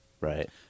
Right